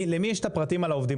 למי יש את הפרטים על העובדים.